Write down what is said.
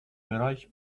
bereich